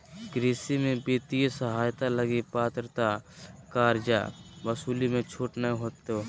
कृषि में वित्तीय सहायता लगी पात्रता कर्जा वसूली मे छूट नय होतो